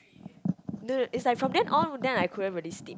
no no it's like from then on then I couldn't really sleep